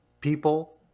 people